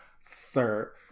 Sir